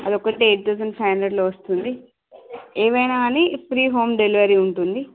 అదొక్కటే eight thousand five హండ్రెడ్లో వస్తుంది ఏవైనాని ఫ్రీ హోమ్ డెలివరీ ఉంటుంది